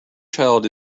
child